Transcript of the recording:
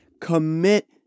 commit